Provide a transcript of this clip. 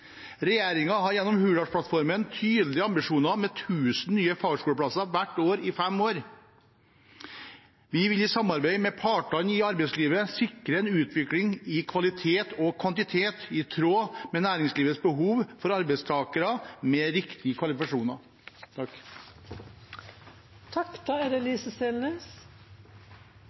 har gjennom Hurdalsplattformen tydelige ambisjoner om 1 000 nye fagskoleplasser hvert år i fem år. Vi vil i samarbeid med partene i arbeidslivet sikre en utvikling i kvalitet og kvantitet i tråd med næringslivets behov for arbeidstakere med riktige kvalifikasjoner.